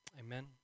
Amen